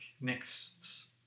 next